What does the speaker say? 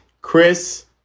chris